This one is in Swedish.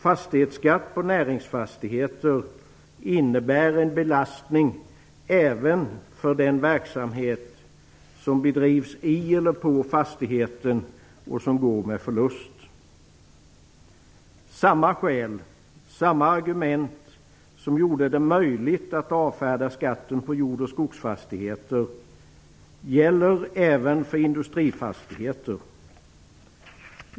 Fastighetsskatt på näringsfastigheter innebär en belastning även för den verksamhet som bedrivs i eller på fastigheten och som går med förlust. Samma skäl och samma argument som gjorde det möjligt att avfärda skatten på jord och skogsfastigheter, gäller även för industrifastigheter.